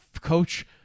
coach